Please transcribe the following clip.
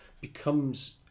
becomes